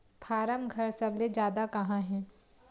form घर सबले जादा कहां हे